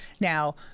Now